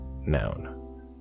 noun